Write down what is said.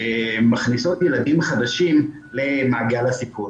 מכניסות ילדים חדשים למעגל הסיכון.